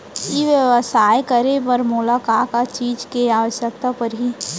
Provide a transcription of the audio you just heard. ई व्यवसाय करे बर मोला का का चीज के आवश्यकता परही?